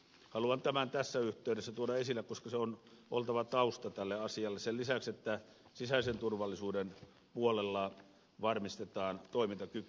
haluan tämän tuoda esille tässä yhteydessä koska sen on oltava tausta tälle asialle sen lisäksi että sisäisen turvallisuuden puolella varmistetaan toimintakyky